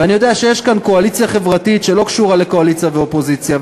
ואני יודע שיש כאן קואליציה חברתית שלא קשורה לקואליציה ואופוזיציה,